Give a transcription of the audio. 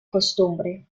costumbre